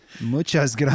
Muchas